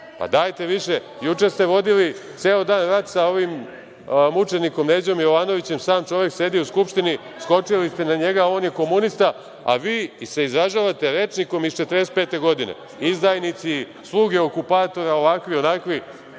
dajte više. Juče ste vodili ceo dan rat sa ovim mučenikom Neđom Jovanovićem. Sam čovek sedi u Skupštini, skočili ste na njega, on je komunista, a vi se izražavate rečnikom iz 1945. godine - izdajnici, sluge okupatora, ovakvi, onakvi. Ej,